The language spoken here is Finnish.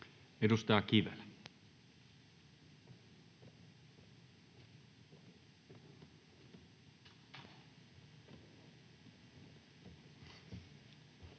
Edustaja Kivelä.